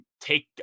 take